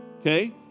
okay